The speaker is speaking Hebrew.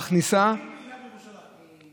המכניסה, הכי פעילה בירושלים.